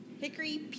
Hickory